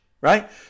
right